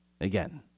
Again